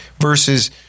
Versus